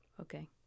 okay